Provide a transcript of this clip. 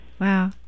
Wow